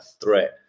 threat